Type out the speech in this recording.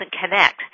connect